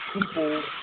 people